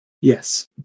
Yes